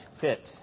fit